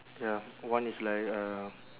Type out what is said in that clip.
ya one is like uh